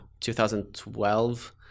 2012